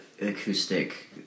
acoustic